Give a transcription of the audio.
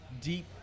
deep